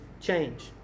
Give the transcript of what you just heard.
change